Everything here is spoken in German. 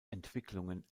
entwicklungen